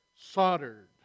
soldered